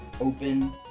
open